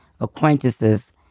acquaintances